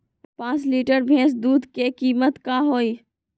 पाँच लीटर भेस दूध के कीमत का होई?